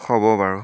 হ'ব বাৰু